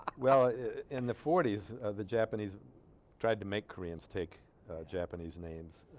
well in the forties the japanese tried to make koreans take japanese names